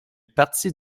partie